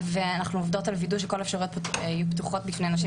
אנחנו עובדות על כך שכל האפשרויות יהיו פתוחות בפני נשים